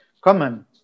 common